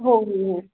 हो हो हो